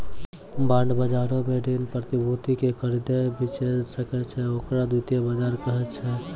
bond बजारो मे ऋण प्रतिभूति के खरीदै बेचै सकै छै, ओकरा द्वितीय बजार कहै छै